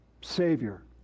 Savior